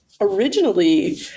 originally